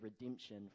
redemption